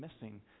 missing